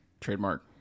trademark